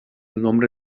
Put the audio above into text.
nombre